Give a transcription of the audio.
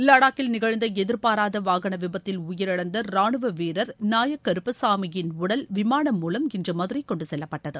லடாக்கில் நிகழ்ந்த எதிர்பாராத வாகன விபத்தில் உயிரிழந்த ரானுவ வீரர் நாயக் கருப்பசாமியின் உடல் விமானம் மூலம் இன்று மதுரை கொண்டு செல்லப்பட்டது